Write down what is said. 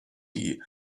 die